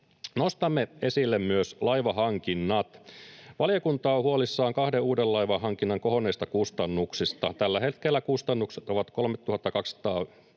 Nostamme esille myös laivahankinnat. Valiokunta on huolissaan kahden uuden laivan hankinnan kohonneista kustannuksista. Tällä hetkellä kustannukset ovat 325